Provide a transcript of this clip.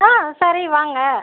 ஆ சரி வாங்க